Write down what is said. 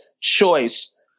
choice